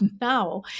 now